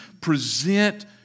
present